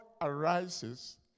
arises